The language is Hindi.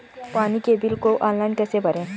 पानी के बिल को ऑनलाइन कैसे भरें?